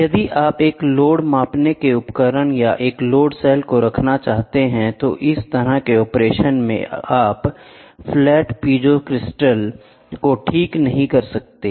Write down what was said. यदि आप एक लोड मापने के उपकरण या एक लोड सेल को रखना चाहते हैं तो इस तरह के ऑपरेशन में आप फ्लैट पीजो क्रिस्टल को ठीक नहीं कर सकते हैं